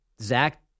Zach